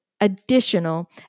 additional